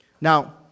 Now